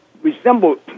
resemble